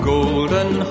Golden